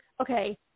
Okay